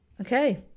Okay